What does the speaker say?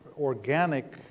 organic